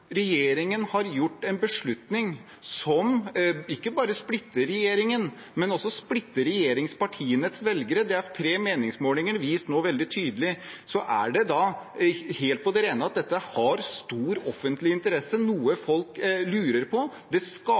regjeringen har gjort en beslutning som ikke bare splitter regjeringen, men også splitter regjeringspartienes velgere – det har tre meningsmålinger vist nå veldig tydelig – er det helt på det rene at dette har stor offentlig interesse og er noe folk lurer på. Det